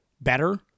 better